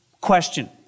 Question